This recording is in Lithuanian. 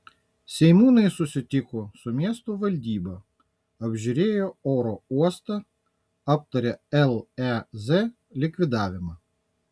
seimūnai susitiko su miesto valdyba apžiūrėjo oro uostą aptarė lez likvidavimą